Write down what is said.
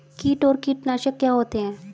कीट और कीटनाशक क्या होते हैं?